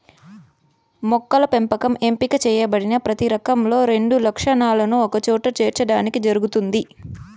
మొక్కల పెంపకం ఎంపిక చేయబడిన ప్రతి రకంలో రెండు లక్షణాలను ఒకచోట చేర్చడానికి జరుగుతుంది